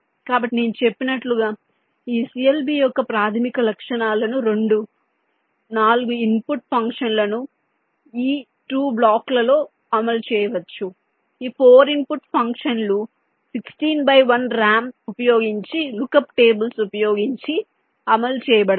కాబట్టి నేను చెప్పినట్లుగా ఈ CLB యొక్క ప్రాథమిక లక్షణాలను రెండు 4 ఇన్పుట్ ఫంక్షన్లను ఈ 2 బ్లాకులలో అమలు చేయవచ్చు ఈ 4 ఇన్పుట్ ఫంక్షన్లు 16 బై 1 ర్యామ్ ఉపయోగించి లుక్ అప్ టేబుల్స్ ఉపయోగించి అమలు చేయబడతాయి